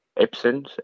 Epsons